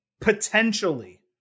potentially